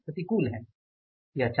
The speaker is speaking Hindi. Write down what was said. यह प्रतिकूल होने है